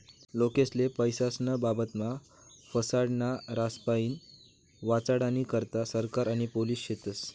लोकेस्ले पैसास्नं बाबतमा फसाडनारास्पाईन वाचाडानी करता सरकार आणि पोलिस शेतस